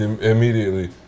Immediately